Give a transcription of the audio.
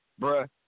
bruh